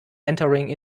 entering